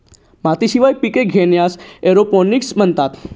मातीशिवाय पिके घेण्यास एरोपोनिक्स म्हणतात